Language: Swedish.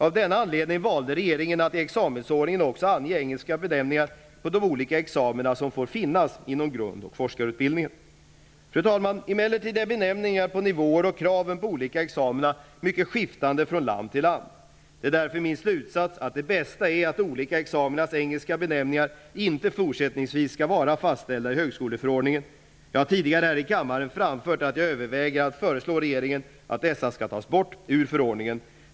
Av denna anledning valde regeringen att i examensordningen också ange engelska benämningar på de olika examina som får finnas inom grund och forskarutbildning. Emellertid är benämningar på nivåer och kraven på olika examina mycket skiftande från land till land. Det är därför min slutsats att det bästa är att olika examinas engelska benämningar inte fortsättningsvis skall vara fastställda i högskoleförordningen. Jag har tidigare här i kammaren framfört att jag överväger att föreslå regeringen att dessa skall tas bort ur förordningen.